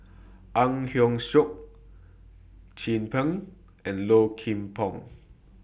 Ang Hiong Chiok Chin Peng and Low Kim Pong